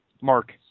Mark